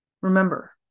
Remember